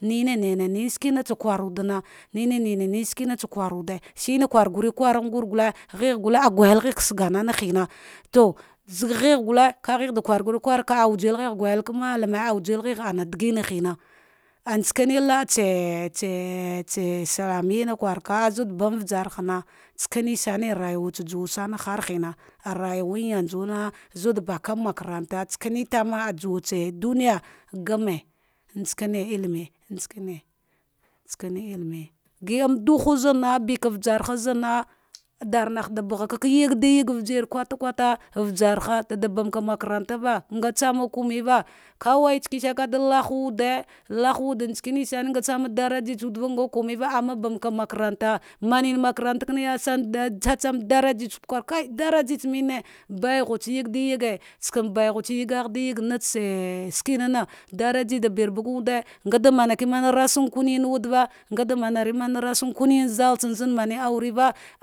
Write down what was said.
Nine nine nine ske thakwarwuefena, nine nine nire ske thakwurwuɗe, sline kwargur kurgh egurgule, ghegghu awajel guya ka sagarana lina to zaga gheh gul kagheghe da kwargure awajel gheghe gayel ka madime awujel ghehe dagina lina, abnsane la atsa tsa islamya ana kwarkagha, azudban usarhana isakane san rajuwa tsa juwa harhina, rayawan yanzuna za di bakama makaranta, tsanitama juwatsa dua niya, gane ntsane ilime tsare tsakane hime giɗama dughu zamand buka usaraha, danah tsa baghaka ka yediyash ujine, kota kota ujarha, nga makaratava nga tsane komaiva ka wai sakane sane kada laahawude, laha wude tsa nisane, nga tsane damja tsawudeva nga komava amma bankan makarata, manene makaranta ja ban tsatsam jamja dwude kari daraj a tsamane baighi tsa yaɗiyeyi tsakan banghu tsa yagahdiyigi natse skinena daraja da ban bagan wude ngada makamare rashikuyalla, nga da mazaramane rashin kinyan zalthanlla zani mane aureva.